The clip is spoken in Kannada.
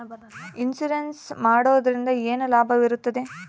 ಇನ್ಸೂರೆನ್ಸ್ ಮಾಡೋದ್ರಿಂದ ಏನು ಲಾಭವಿರುತ್ತದೆ?